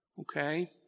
Okay